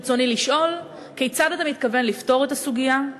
ברצוני לשאול: 1. כיצד אתה מתכוון לפתור את הסוגיה?